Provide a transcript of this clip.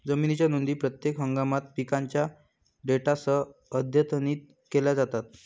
जमिनीच्या नोंदी प्रत्येक हंगामात पिकांच्या डेटासह अद्यतनित केल्या जातात